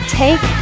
take